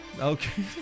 Okay